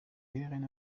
iedereen